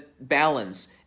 balance